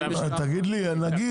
מאפשרים?